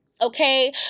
okay